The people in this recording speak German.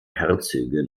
herzöge